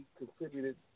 contributed